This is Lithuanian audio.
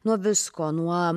nuo visko nuo